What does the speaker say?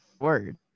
Word